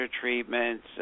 treatments